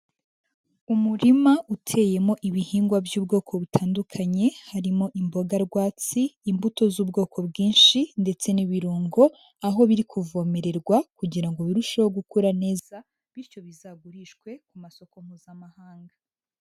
Umurima uteyemo ibihingwa by'ubwoko butandukanye, harimo imboga rwatsi, imbuto z'ubwoko bwinshi ndetse n'ibirungo, aho biri kuvomererwa kugira ngo birusheho gukura neza bityo bizagurishwe ku masoko Mpuzamahanga.